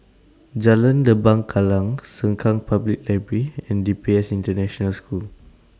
Jalan Lembah Kallang Sengkang Public Library and D P S International School